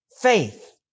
faith